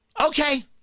Okay